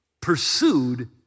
pursued